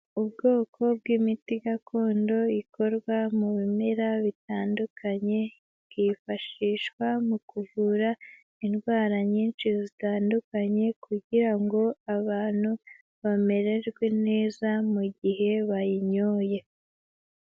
Ubwoko bw'imiti gakondo ikorwa mu bimera bitandukanye, bwifashishwa mu kuvura indwara nyinshi zitandukanye, kugira ngo abantu bamererwe neza mu gihe bayinyoye.